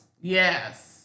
Yes